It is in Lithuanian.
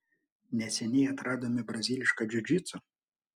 neseniai atradome brazilišką džiudžitsu